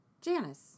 janice